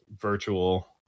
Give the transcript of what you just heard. Virtual